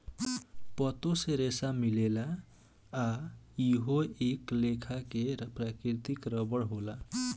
पातो से रेसा मिलेला आ इहो एक लेखा के प्राकृतिक रेसा होला